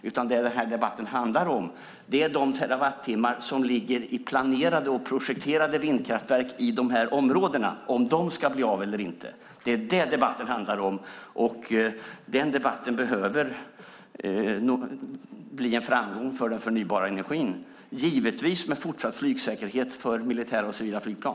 Det som denna debatt handlar om är de terawattimmar som ligger i planerade och projekterade vindkraftverk i dessa områden. Debatten handlar om huruvida dessa vindkraftverk ska bli av eller inte. Den debatten behöver nog bli en framgång för den förnybara energin, givetvis med fortsatt flygsäkerhet för militära och civila flygplan.